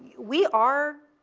we are